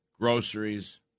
groceries